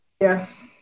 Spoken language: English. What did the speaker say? Yes